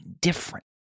different